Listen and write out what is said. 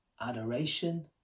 adoration